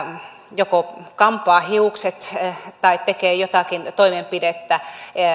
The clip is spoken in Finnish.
joko kampaa hiukset tai tekee jotakin toimenpidettä